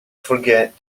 forget